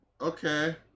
Okay